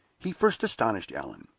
he first astonished allan,